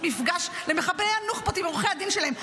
מפגש למחבלי הנוח'בות עם עורכי הדין שלהם.